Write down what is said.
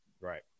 right